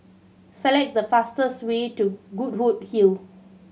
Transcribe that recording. select the fastest way to Goodwood Hill